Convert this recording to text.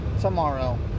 tomorrow